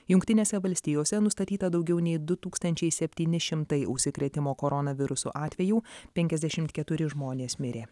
jungtinėse valstijose nustatyta daugiau nei du tūkstančiai septyni šimtai užsikrėtimo koronavirusu atvejų penkiasdešimt keturi žmonės mirė